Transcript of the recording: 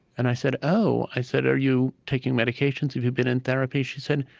and i said, oh. i said, are you taking medications? have you been in therapy? she said,